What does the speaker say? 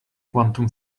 quantum